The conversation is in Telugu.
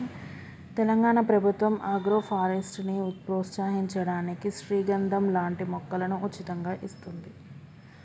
తెలంగాణ ప్రభుత్వం ఆగ్రోఫారెస్ట్ ని ప్రోత్సహించడానికి శ్రీగంధం లాంటి మొక్కలను ఉచితంగా ఇస్తోంది